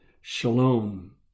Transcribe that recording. Shalom